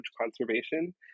conservation